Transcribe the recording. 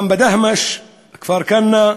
גם בדהמש, כפר-כנא,